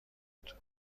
بود